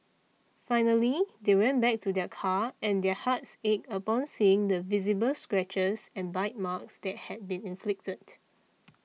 finally they went back to their car and their hearts ached upon seeing the visible scratches and bite marks that had been inflicted